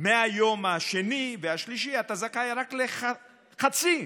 מהיום השני והשלישי אתה זכאי רק לחצי